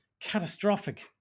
catastrophic